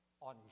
on